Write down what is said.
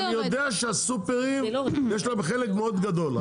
אני יודע שלסופרים יש חלק מאוד גדול.